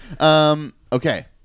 okay